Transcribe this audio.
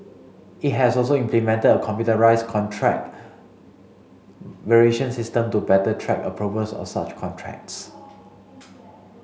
it has also implemented a computerised contract variation system to better track approvals of such contracts